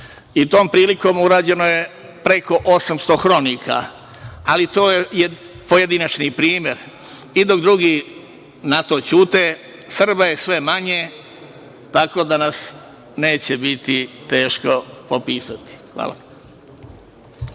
Tom prilikom urađeno je preko 800 hronika, ali to je pojedinačni primer. Dok drugi na to ćute, Srba je sve manje, tako da nas neće biti teško popisati. Hvala.